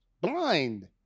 blind